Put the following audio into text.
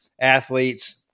athletes